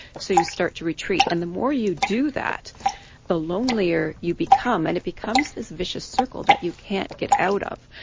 so you start to retreat and the more you do that the lonelier you become and it becomes this vicious circle that you can't get out of.